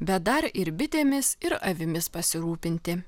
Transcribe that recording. bet dar ir bitėmis ir avimis pasirūpinti